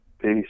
peace